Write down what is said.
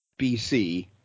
BC